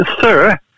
sir